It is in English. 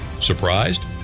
Surprised